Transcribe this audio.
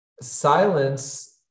Silence